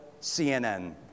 CNN